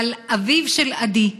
על אביו של עדי,